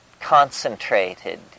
concentrated